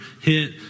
hit